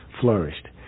flourished